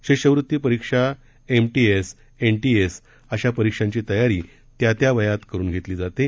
शिष्यवृती परीक्षा MTS NTS अशा परीक्षांची तयारी त्या त्या वयात करून घेतली जाते